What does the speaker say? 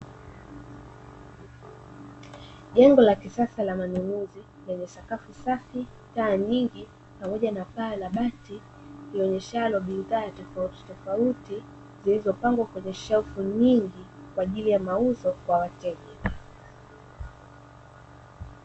Jengo la kisasa la manunuzi lenye sakafu safi, taa nyingi pamoja na paa la bati lioneshalo bidhaa tofautitofauti zilizopangwa kwenye shelfu nyingi, kwa ajili ya mauzo kwa wateja.